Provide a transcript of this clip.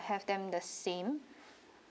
have them the same